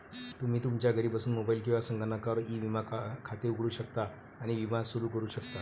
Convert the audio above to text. तुम्ही तुमच्या घरी बसून मोबाईल किंवा संगणकावर ई विमा खाते उघडू शकता आणि विमा सुरू करू शकता